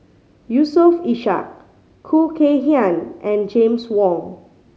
Yusof Ishak Khoo Kay Hian and James Wong